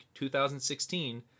2016